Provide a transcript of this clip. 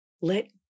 Let